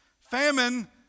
Famine